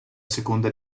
seconda